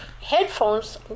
Headphones